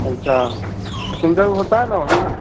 अच्छा पैसेन्जर होता है ना वहाँ